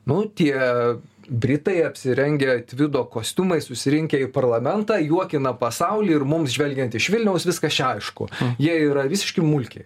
nu tie britai apsirengę tvido kostiumais susirinkę į parlamentą juokina pasaulį ir mums žvelgiant iš vilniaus viskas čia aišku jie yra visiški mulkiai